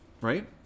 right